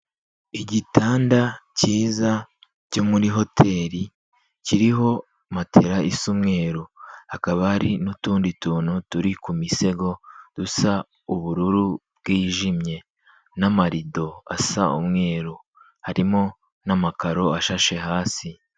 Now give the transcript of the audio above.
Igitanda cyiza cyo muri hoteri kiriho matera isa umweru. Hakaba hari n'utundi tuntu turi ku misego dusa ubururu bwijimye, n'amarido asa umweru. Harimo n'amakaro ashashe hasi.